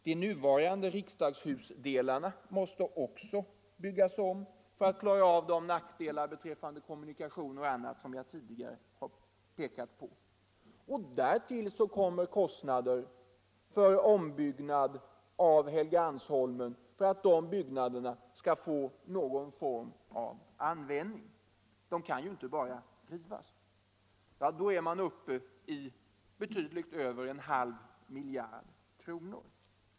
De nuvarande riksdagshusdelarna måste också byggas om för att man skall kunna klara av de nackdelar som nu finns beträffande kommunikationer och annat som jag tidigare har pekat på. Därtill kommer kostnader för ombyggnad av Helgeandsholmen för att byggnaderna där skall få lämplig form för sin kommande användning. De kan ju inte bara rivas. Då är man uppe i betydligt över en halv miljard kronor.